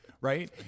Right